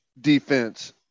defense